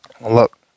Look